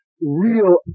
real